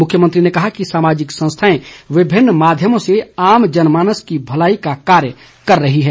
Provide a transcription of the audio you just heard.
मुख्यमंत्री ने कहा कि सामाजिक संस्थाएं विभिन्न माध्यमों से आम जनमानस की भलाई का कार्य कर रही हैं